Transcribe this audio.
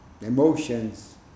emotions